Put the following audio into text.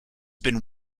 been